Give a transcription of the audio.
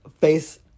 face